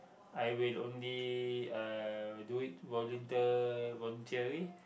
I will only uh do it volunteer voluntary